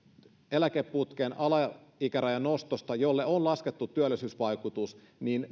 eläkeputken alaikärajan nostosta jolle on laskettu työllisyysvaikutus